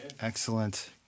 excellent